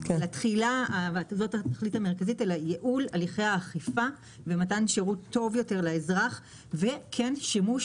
אלא ייעול הליכי האכיפה ומתן שירות טוב יותר לאזרח ושימוש